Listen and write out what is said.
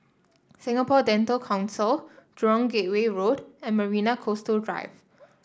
Singapore Dental Council Jurong Gateway Road and Marina Coastal Drive